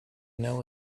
know